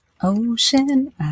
Ocean